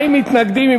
40 מתנגדים.